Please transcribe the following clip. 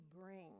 bring